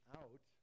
out